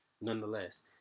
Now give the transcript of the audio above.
nonetheless